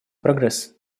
прогресс